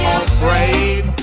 afraid